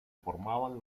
formaban